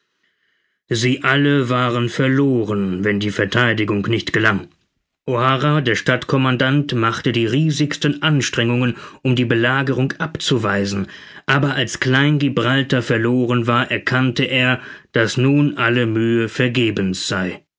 sie alle waren verloren wenn die vertheidigung nicht gelang o'hara der stadtkommandant machte die riesigsten anstrengungen um die belagerung abzuweisen aber als kleingibraltar verloren war erkannte er daß nun alle mühe vergebens sei